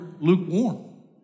lukewarm